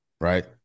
right